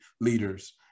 leaders